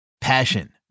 Passion